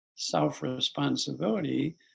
self-responsibility